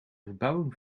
verbouwing